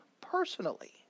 personally